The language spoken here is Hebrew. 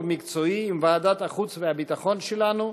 מקצועי עם ועדת החוץ והביטחון שלנו,